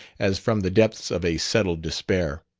as from the depths of a settled despair.